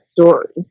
story